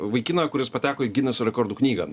vaikiną kuris pateko į gineso rekordų knygą